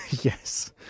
Yes